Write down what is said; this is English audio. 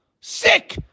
Sick